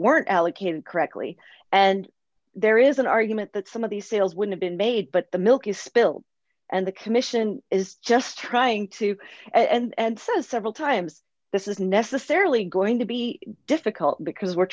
weren't allocated correctly and there is an argument that some of these sales would have been made but the milk is spilled and the commission is just trying to and so several times this isn't necessarily going to be difficult because we're